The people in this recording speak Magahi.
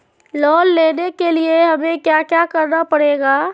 लोन लेने के लिए हमें क्या क्या करना पड़ेगा?